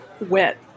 wet